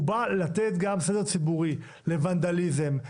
הוא בא לתת סדר ציבורי מוונדליזם,